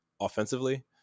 offensively